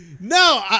No